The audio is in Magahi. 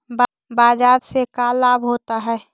बाजार से का लाभ होता है?